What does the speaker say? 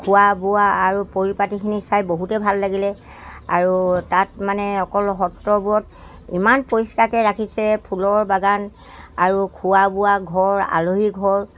খোৱা বোৱা আৰু পৰিপাতিখিনি চাই বহুতেই ভাল লাগিলে আৰু তাত মানে অকল সত্ৰবোৰত ইমান পৰিষ্কাৰাকৈ ৰাখিছে ফুলৰ বাগান আৰু খোৱা বোৱা ঘৰ আলহী ঘৰ